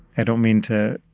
i don't mean to,